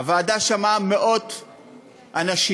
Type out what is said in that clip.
הוועדה שמעה מאות אנשים.